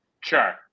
sure